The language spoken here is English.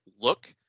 look